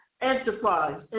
Enterprise